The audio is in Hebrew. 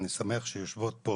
אני שמח שיושבות פה